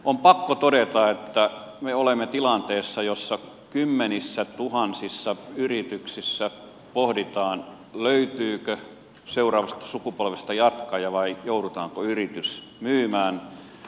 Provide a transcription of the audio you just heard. on pakko todeta että me olemme tilanteessa jossa kymmenissätuhansissa yrityksissä pohditaan löytyykö seuraavasta sukupolvesta jatkaja vai joudutaanko yritys myymään